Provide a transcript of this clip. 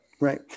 Right